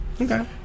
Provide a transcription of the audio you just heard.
Okay